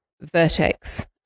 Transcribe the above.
vertex